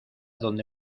donde